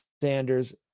Sanders